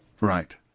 Right